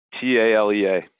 t-a-l-e-a